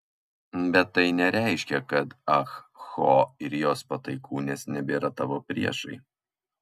bet tai nereiškia kad ah ho ir jos pataikūnės nebėra tavo priešai